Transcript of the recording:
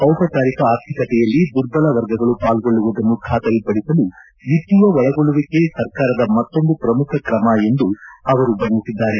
ದಿಪಚಾರಿಕ ಆರ್ಥಿಕತೆಯಲ್ಲಿ ದುರ್ಬಲ ವರ್ಗಗಳು ಪಾಲ್ಗೊಳ್ಳುವುದನ್ನು ಖಾತರಿಪಡಿಸಲು ವಿತ್ತೀಯ ಒಳಗೊಳ್ಳುವಿಕೆ ಸರ್ಕಾರದ ಮತ್ತೊಂದು ಪ್ರಮುಖ ಕ್ರಮ ಎಂದು ಅವರು ಬಣ್ಣೆಸಿದ್ದಾರೆ